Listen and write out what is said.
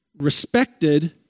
respected